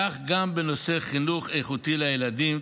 כך גם בנושא חינוך איכותי לילדים,